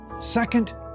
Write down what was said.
Second